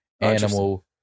animal